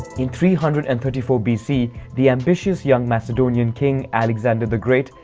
in three hundred and thirty four bc, the ambitious young macedonian king, alexander the great,